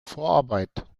vorarbeit